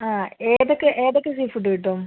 ആ ഏതൊക്കെ ഏതൊക്കെ സീഫുഡ് കിട്ടും